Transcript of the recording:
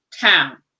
town